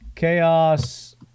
Chaos